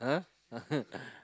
uh